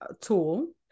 tool